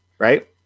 Right